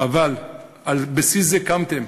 אבל על בסיס זה קמתם,